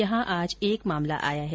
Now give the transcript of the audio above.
यहां आज एक मामला आया है